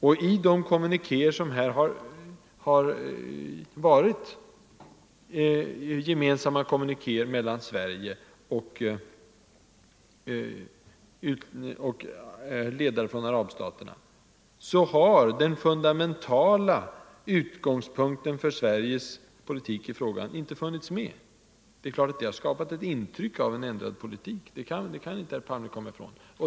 Och i de gemensamma kommunikéer som har utfärdats av Sverige och ledare från arabstaterna har den grundläggande utgångspunkten för Sveriges syn på frågan inte funnits med. Det är klart att detta har skapat ett intryck av en ändrad svensk politik, det kan inte herr Palme komma ifrån.